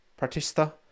Pratista